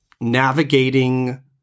navigating